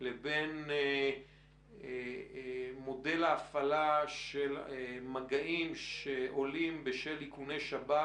לבין מודל ההפעלה של מגעים שעולים בשל איכוני שב"כ,